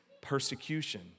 persecution